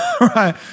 right